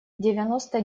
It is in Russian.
девяносто